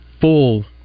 full